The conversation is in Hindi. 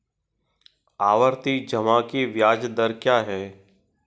आवर्ती जमा की ब्याज दर क्या है?